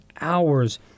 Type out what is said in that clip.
hours